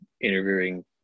interviewing